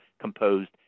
composed